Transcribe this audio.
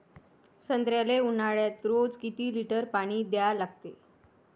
संत्र्याले ऊन्हाळ्यात रोज किती लीटर पानी द्या लागते?